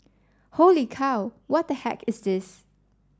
holy cow what the heck is this